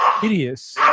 hideous